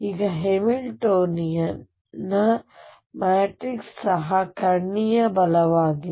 ಈಗ ಹ್ಯಾಮಿಲ್ಟೋನಿಯನ್ ನ ಮ್ಯಾಟ್ರಿಕ್ಸ್ ಸಹ ಕರ್ಣೀಯ ಬಲವಾಗಿದೆ